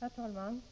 Herr talman!